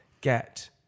get